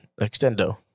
Extendo